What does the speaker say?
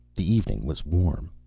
the evening was warm.